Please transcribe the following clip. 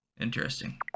Interesting